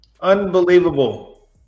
unbelievable